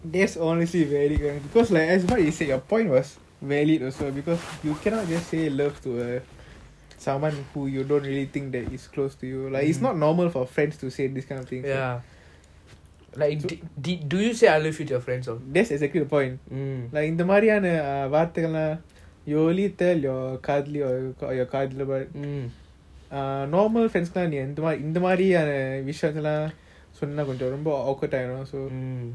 that's obviously very very because like as what you said your point was valid also because you cannot just say love to a someone who you don't really think that is close to you like it's not normal for friends to say this kind of thing ya that's exactly the point like இந்த மாறி ஆனா வார்த்தை எல்லாம்:intha maari aana varthai ellam you will only tell your காதலி காதலி மாறி:kadhali kadhali maari normal friends நான் இந்த மாறி இந்த மாறி ஆனா விசயம்லாம் சொன்ன கொஞ்சம் ரொம்ப:naan intha maari intha maari aana visayamlam sonna konjam romba awkward ஆயிடும்:aayedum